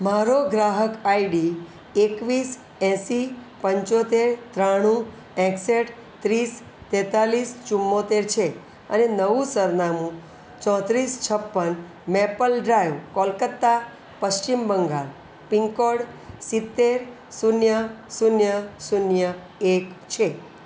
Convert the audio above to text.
મારો ગ્રાહક આઈડી એકવીસ એંસી પંચોતેર ત્રાણું એકસઠ ત્રીસ તેંતાલીસ ચુમ્મોતેર છે અને નવું સરનામું ચોત્રીસ છપ્પન maple drive Kolkata Paschim Bangal pin code સિત્તેર શૂન્ય શૂન્ય શૂન્ય એક છે